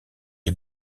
est